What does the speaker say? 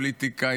פוליטיקה,